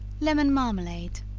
lemon marmalade.